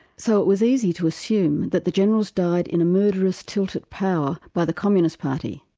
so it was easy to assume that the generals died in a murderous tilt at power by the communist party,